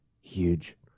Huge